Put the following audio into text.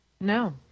No